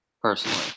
personally